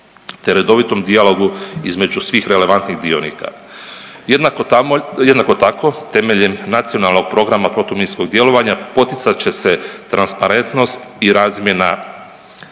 te redovitom dijalogu između svih relevantnih dionika. Jednako tako temeljem Nacionalnog programa protuminskog djelovanja poticat će se transparentnost i razmjena